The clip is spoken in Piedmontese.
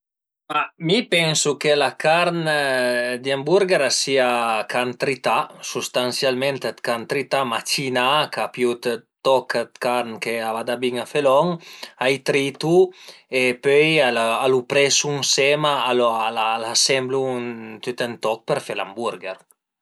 Alura mi pensu che la carn di hamburger a sia dë carn trità, sustansialment dë carn trità, macinà, ch'a pìu dë toch dë carn ch'a vada bin a fe lon, a i tritu e pöi a lu presu ënsema, a l'asemblu tüt ën toch për fe l'hamburger